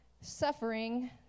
suffering